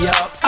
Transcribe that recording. up